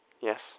Yes